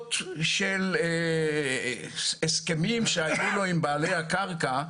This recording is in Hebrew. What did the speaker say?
מסיבות של הסכמים שהיו לו עם בעלי הקרקע.